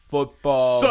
Football